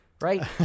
Right